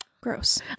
gross